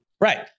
Right